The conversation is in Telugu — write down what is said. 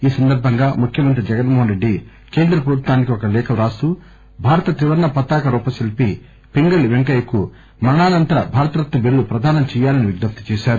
ఈ సందర్బంగా ముఖ్యమంత్రి జగన్మో హన్ రెడ్లి కేంద్ర ప్రభుత్వానికి ఒక లేఖ రాస్తూ భారత త్రివర్ణ పతాక రూపశిల్పి పంగళి వెంకయ్యకు మరణానంతర భారతరత్న బిరుదు ప్రదానం చేయాలని విజ్ఞప్తి చేశారు